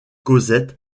cosette